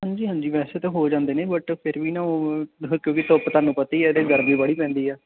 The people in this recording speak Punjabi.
ਹਾਂਜੀ ਹਾਂਜੀ ਵੈਸੇ ਤਾਂ ਹੋ ਜਾਂਦੇ ਨੇ ਬਟ ਫਿਰ ਵੀ ਨਾ ਉਹ ਕਿਉਂਕਿ ਧੁੱਪ ਤੁਹਾਨੂੰ ਪਤਾ ਹੀ ਹੈ ਅਤੇ ਗਰਮੀ ਵਾਹਲੀ ਪੈਂਦੀ ਆ